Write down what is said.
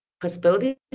possibilities